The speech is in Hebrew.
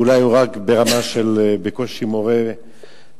ואולי הוא רק ברמה של בקושי מורה בבית-ספר,